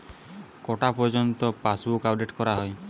কটা পযর্ন্ত পাশবই আপ ডেট করা হয়?